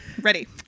Ready